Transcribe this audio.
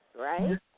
right